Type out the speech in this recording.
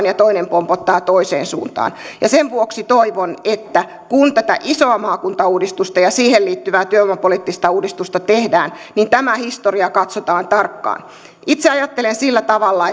ja toinen pompottaa toiseen suuntaan sen vuoksi toivon että kun tätä isoa maakuntauudistusta ja siihen liittyvää työvoimapoliittista uudistusta tehdään niin tämä historia katsotaan tarkkaan itse ajattelen sillä tavalla